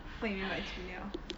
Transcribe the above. what you mean by 煮料